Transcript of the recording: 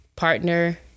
partner